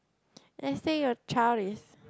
let's say your child is